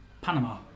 Panama